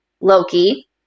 Loki